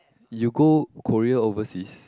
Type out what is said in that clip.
you go Korea overseas